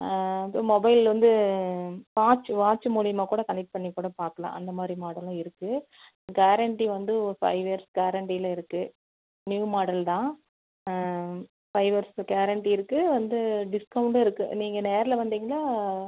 ஆ mobile வந்து watch watch மூலயமா கூட கனெக்ட் பண்ணி கூட பார்க்கலாம் அந்த மாதிரி மாடலும் இருக்குது கேரண்ட்டி வந்து ஒரு ஃபைவ் இயர்ஸ் கேரண்ட்டியில் இருக்குது நியூ மாடல்தான் ஃபைவ் இயர்ஸ் கேரண்ட்டி இருக்குது வந்து டிஸ்கவுண்ட்டும் இருக்குது நீங்கள் நேரில் வந்திங்கன்னால்